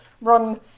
run